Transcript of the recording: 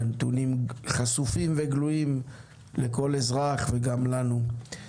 הנתונים חשופים וגלויים לכל אזרח וגם לנו.